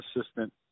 assistant